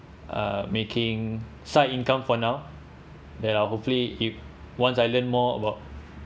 uh making side income for now there are hopefully if once I learn more about